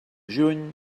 juny